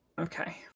okay